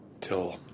till